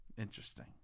Interesting